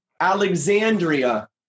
Alexandria